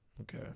Okay